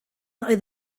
oedd